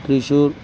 Thrissur